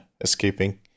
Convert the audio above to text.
escaping